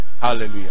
Hallelujah